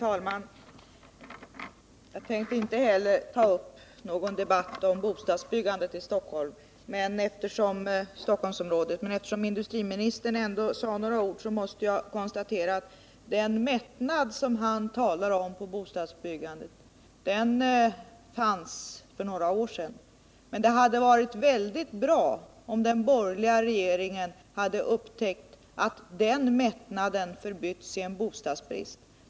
Herr talman! Inte heller jag tänkte ta upp någon debatt om bostadsbyggandet i Stockholmsområdet, men eftersom industriministern kom in på detta måste jag konstatera att den mättnad på bostadsbyggandets område som industriministern talar om fanns för några år sedan. Det hade varit bra om den borgerliga regeringen hade upptäckt att den mättnaden förbytts i en bostadsbrist.